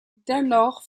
dennoch